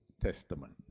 Testament